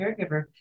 Caregiver